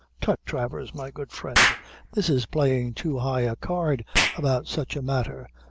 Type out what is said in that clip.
tut, travers, my good friend this is playing too high a card about such a matter.